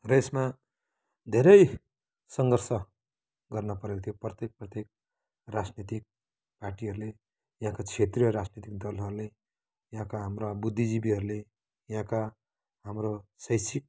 र यसमा धेरै सङ्घर्ष गर्न परेको थियो प्रत्येक प्रत्येक राजनीतिक पार्टीहरूले यहाँको क्षेत्रीय राजनीतिक दलहरूले यहाँका हाम्रा बुद्धिजीवीहरूले यहाँका हाम्रो शैक्षिक